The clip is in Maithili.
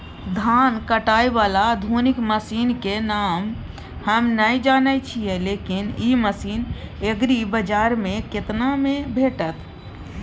धान काटय बाला आधुनिक मसीन के नाम हम नय जानय छी, लेकिन इ मसीन एग्रीबाजार में केतना में भेटत?